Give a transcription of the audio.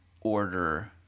order –